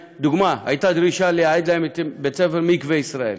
לדוגמה: הייתה דרישה לייעד להם את בית-הספר "מקווה ישראל",